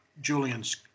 Julian's